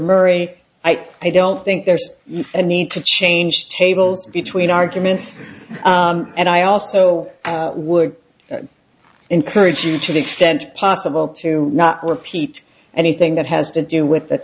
murray i don't think there's a need to change tables between arguments and i also would encourage you to the extent possible to not repeat anything that has to do with the